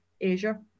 asia